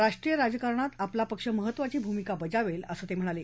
राष्ट्रीय राजकारणात आपला पक्ष महत्वाची भूमिका बजावेल असं ते म्हणाले